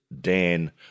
Dan